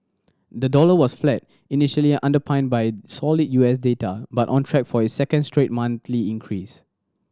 the dollar was flat initially underpinned by solid U S data but on track for its second straight monthly increase